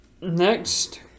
next